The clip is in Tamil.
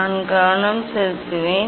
நான் கவனம் செலுத்துவேன்